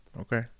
Okay